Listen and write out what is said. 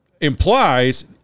implies